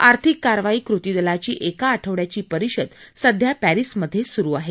आर्थिक कारवाई कृती दलाची एका आठवड्याची परिषद सध्या परिसमध्ये सुरु आहे